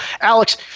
Alex